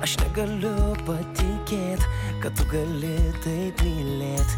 aš negaliu patikėt kad tu gali taip mylėt